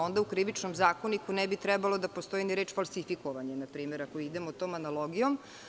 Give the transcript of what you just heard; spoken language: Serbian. Onda u Krivičnom zakoniku ne bi trebala da stoji ni reč – falsifikovanje ako idemo tom analogijom.